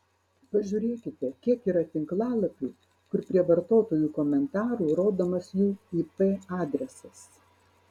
pažiūrėkite kiek yra tinklalapių kur prie vartotojų komentarų rodomas jų ip adresas